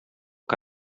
que